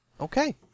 Okay